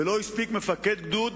ולא הספיק מפקד גדוד,